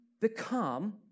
become